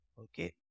Okay